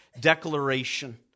declaration